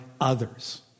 others